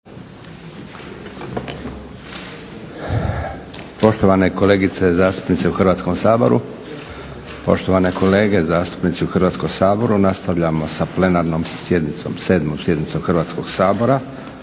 poštovane kolege zastupnici u Hrvatskom saboru nastavljamo sa plenarnom sjednicom, 7. sjednicom Hrvatskog sabora.